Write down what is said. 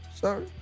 Sorry